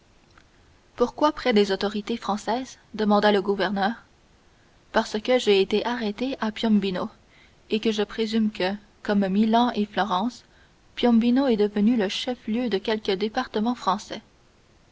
pourquoi près des autorités françaises demanda le gouverneur parce que j'ai été arrêté à piombino et que je présume que comme milan et florence piombino est devenu le chef-lieu de quelque département français